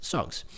Songs